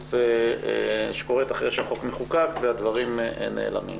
שקורית אחרי שהחוק מחוקק והדברים נעלמים.